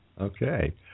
Okay